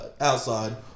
outside